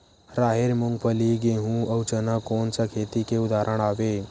राहेर, मूंगफली, गेहूं, अउ चना कोन सा खेती के उदाहरण आवे?